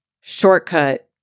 shortcut